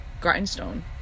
Grindstone